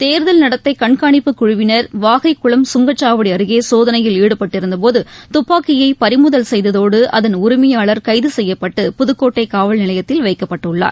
தேர்தல் நடத்தைகண்காணிப்பு குழுவினர் வகைகுளம் சுங்கச்சாவடிஅருகேசோதனையில் ஈடுபட்டிருந்தபோதுகப்பாக்கியைபறிமுதல் செய்ததோடு அதன் உரிமையாளர் கைதுசெய்யப்பட்டு புதுக்கோட்டைகாவல் நிலையத்தில் வைக்கப்பட்டுள்ளார்